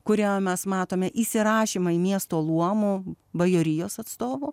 kurioje mes matome įsirašymą į miesto luomų bajorijos atstovų